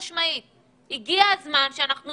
הגיע הזמן שאנחנו